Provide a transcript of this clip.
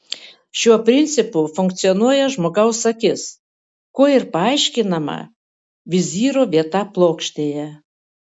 šiuo principu funkcionuoja žmogaus akis kuo ir paaiškinama vizyro vieta plokštėje